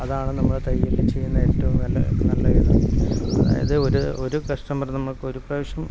അതാണ് നമ്മൾ തയ്യലിൽ ചെയ്യുന്ന ഏറ്റവും നല്ല നല്ല ഒരിത് അതായത് ഒരു ഒരു കസ്റ്റമർ നമുക്ക് ഒരു പ്രാവശ്യം